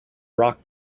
rock